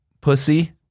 Pussy